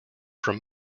from